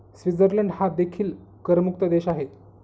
Switzerland हा देखील करमुक्त देश आहे